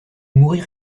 mourir